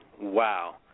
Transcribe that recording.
wow